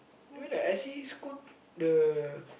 then why like I see Scoot the